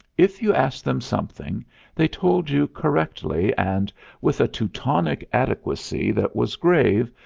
if you asked them something they told you correctly and with a teutonic adequacy that was grave,